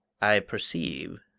i perceive,